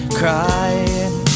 crying